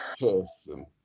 person